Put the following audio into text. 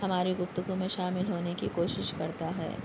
ہماری گفتگو میں شامل ہونے کی کوشش کرتا ہے